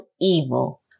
evil